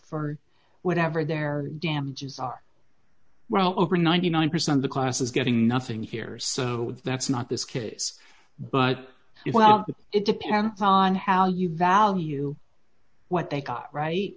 for whatever their damages are well over ninety nine percent of the class is getting nothing here so that's not this case but well it depends on how you value what they got right